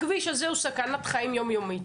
הכביש הזה הוא סכנת חיים יום-יומית,